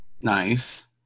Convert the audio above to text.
Nice